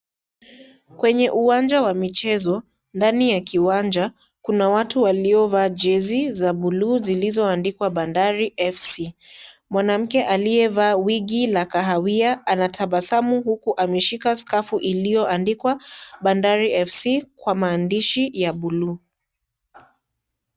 Kwenye uwanja wa michezo, ndani ya kiwanja, kuna watu waliovalia jezi za buluu zilizo andikwa Bandari FC. Wanamke aliyevalia wigi la kahawia, anatabasa hukuku amishika skafu iliyoandikwa Bandari FC kwa maandishi ya buluu.